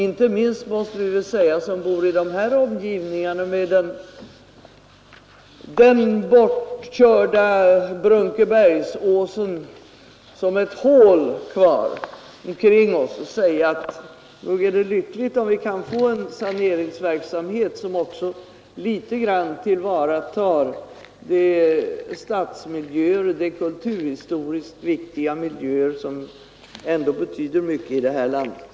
Inte minst måste väl vi, som har hålet efter den bortkörda Brunkebergsåsen kvar omkring oss, säga oss att det är lyckligt om vi kan få till stånd en saneringsverksamhet som något tillvaratar stadsmiljöer och kulturhistoriskt viktiga miljöer, vilka ändå betyder mycket här i landet.